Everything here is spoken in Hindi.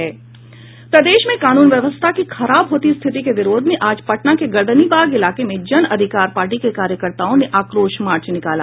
प्रदेश में कानून व्यवस्था की खराब होती स्थिति के विरोध में आज पटना के गर्दनीबाग इलाके में जन अधिकार पार्टी के कार्यकर्ताओं ने आक्रोश मार्च निकाला